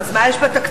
אז מה יש בתקציב?